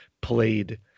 played